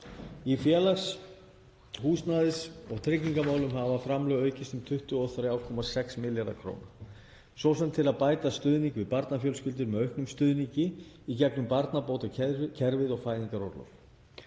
Í félags-, húsnæðis- og tryggingamálum hafa framlög aukist um 23,6 milljarða kr., svo sem til að bæta stuðning við barnafjölskyldur með auknum stuðningi í gegnum barnabótakerfið og fæðingarorlof.